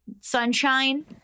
sunshine